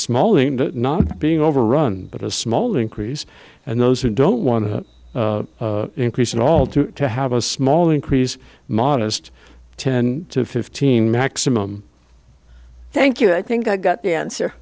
and not being overrun but a small increase and those who don't want to increase it all to to have a small increase modest ten to fifteen maximum thank you i think i got the answer